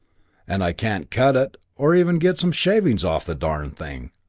and i can't cut it, or even get some shavings off the darned thing.